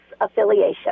affiliation